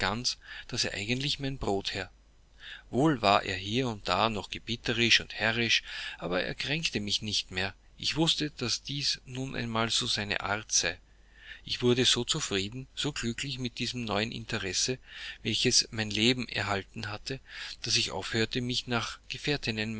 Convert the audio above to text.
daß er eigentlich mein brotherr wohl war er hier und da noch gebieterisch und herrisch aber es kränkte mich nicht mehr ich wußte daß dies nun einmal so seine art sei ich wurde so zufrieden so glücklich mit diesem neuen interesse welches mein leben erhalten hatte daß ich aufhörte mich nach